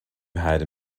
had